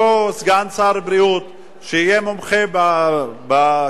וזהבה גלאון, אני אתחיל להקריא.